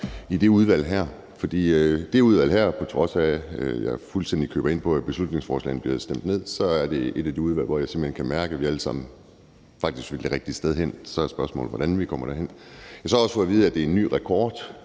i det udvalg her, for det udvalg her, til trods for at jeg køber fuldstændig ind på, at beslutningsforslaget bliver stemt ned, er et af de udvalg, hvor jeg simpelt hen kan mærke, at vi alle sammen faktisk vil det rigtige sted hen. Så er spørgsmålet, hvordan vi kommer derhen. Jeg har så også fået at vide, at det er en ny rekord,